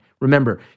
Remember